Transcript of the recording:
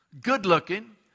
good-looking